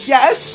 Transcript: Yes